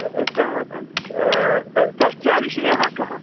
इत् तत् चर्चाविषयः कः